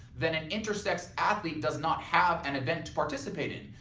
then an intersex athlete does not have an event to participate in.